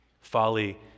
folly